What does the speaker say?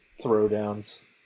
throwdowns